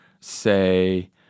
say –